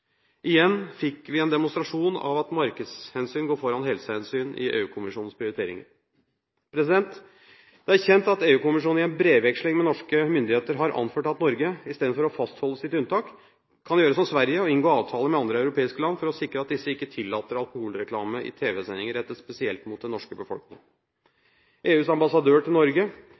Igjen fikk vi en demonstrasjon av at markedshensyn går foran helsehensyn i EU-kommisjonens prioriteringer. Det er kjent at EU-kommisjonen i en brevveksling med norske myndigheter har anført at Norge – i stedet for å fastholde sitt unntak – kan gjøre som Sverige og inngå avtaler med andre europeiske land for å sikre at disse ikke tillater alkoholreklame i tv-sendinger rettet spesielt mot den norske befolkning. EUs ambassadør til Norge,